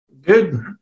Good